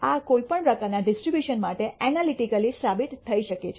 આ કોઈપણ પ્રકારના ડિસ્ટ્રીબ્યુશન માટે એનાલિટિકેલી સાબિત થઈ શકે છે